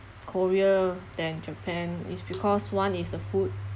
korea than japan is because one is the food